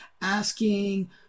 asking